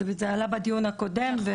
זה עלה בדיון הקודם.